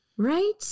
Right